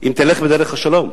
אם תלך בדרך השלום,